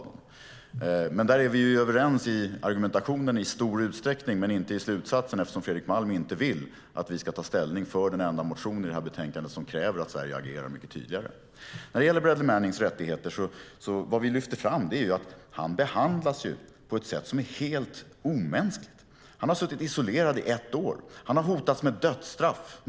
Här är vi överens i argumentationen i stor utsträckning men inte i slutsatsen eftersom Fredrik Malm inte vill att vi ska ta ställning för den enda motion i detta betänkande som kräver att Sverige agerar mycket tydligare. När det gäller Bradley Mannings rättigheter lyfter vi fram att han behandlas på ett sätt som är helt omänskligt. Han har suttit isolerad i ett år och hotats med dödsstraff.